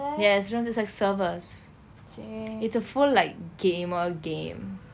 ya there's rooms it's like servers it's a full like gamer game